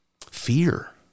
Fear